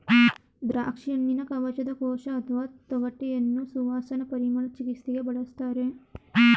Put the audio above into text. ದ್ರಾಕ್ಷಿಹಣ್ಣಿನ ಕವಚದ ಕೋಶ ಅಥವಾ ತೊಗಟೆಯನ್ನು ಸುವಾಸನಾ ಪರಿಮಳ ಚಿಕಿತ್ಸೆಗೆ ಬಳಸ್ತಾರೆ